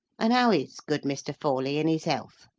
and how is good mr. forley in his health?